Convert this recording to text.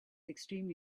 extremely